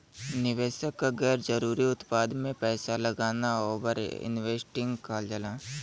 निवेशक क गैर जरुरी उत्पाद में पैसा लगाना ओवर इन्वेस्टिंग कहल जाला